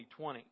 2020